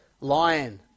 lion